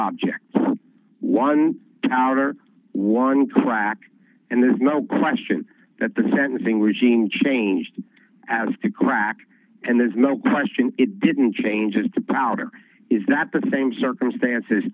object one out or one crack and there's no question that the sentencing regime changed as to crack and there's no question it didn't change it's a powder is that the same circumstances